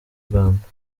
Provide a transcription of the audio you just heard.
rwanda